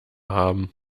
haben